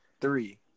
three